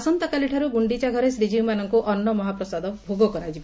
ଆସନ୍ତାକାଲି ଠାରୁ ଗୁଖିଚା ଘରେ ଶ୍ରୀଜୀଉମାନଙ୍କୁ ଅନୁ ମହାପ୍ରସାଦ ଭୋଗ କରାଯିବ